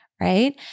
right